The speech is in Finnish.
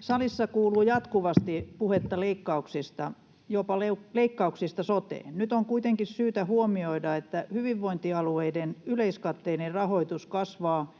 Salissa kuuluu jatkuvasti puhetta leikkauksista, jopa leikkauksista soteen. Nyt on kuitenkin syytä huomioida, että hyvinvointialueiden yleiskatteinen rahoitus kasvaa